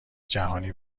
جهانی